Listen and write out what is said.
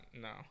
No